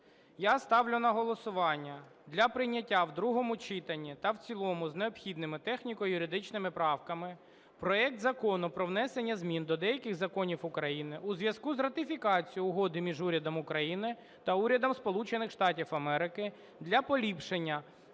Я ставлю на голосування для прийняття в другому читанні та в цілому з необхідними техніко-юридичними правками проект Закону про внесення змін до деяких законів України у зв'язку з ратифікацією Угоди між Урядом України та Урядом Сполучених